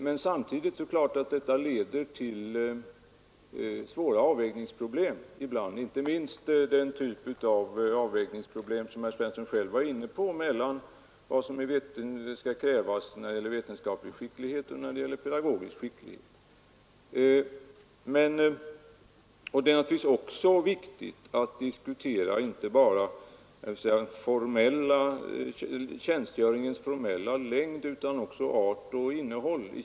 Men samtidigt är det klart att detta ibland leder till svåra avvägningsproblem, inte minst vid den typ av avvägning som herr Svensson själv var inne på, mellan vad som krävs när det gäller vetenskaplig skicklighet och när det gäller pedagogisk skicklighet. Det är naturligtvis också viktigt att diskutera inte bara tjänstgöringens formella längd utan också tjänstgöringens art och innehåll.